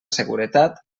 seguretat